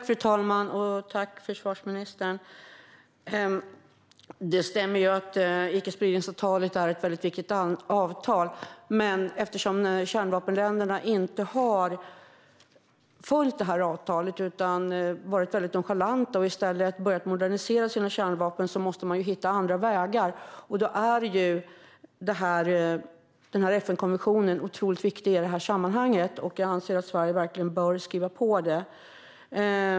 Fru talman och försvarsministern! Det stämmer att icke-spridningsavtalet är ett viktigt avtal, men eftersom kärnvapenländerna inte har följt avtalet utan varit nonchalanta och i stället börjat modernisera sina kärnvapen måste vi hitta andra vägar. Då är denna FN-konvention mycket viktig, och jag anser att Sverige bör skriva på den.